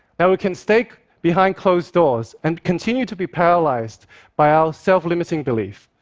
now, we can stay behind closed doors and continue to be paralyzed by our self-limiting beliefs,